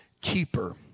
keeper